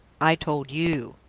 i told you,